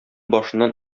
башыннан